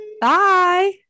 Bye